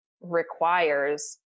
requires